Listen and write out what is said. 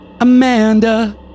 Amanda